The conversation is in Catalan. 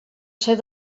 ser